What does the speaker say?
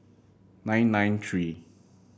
nine nine three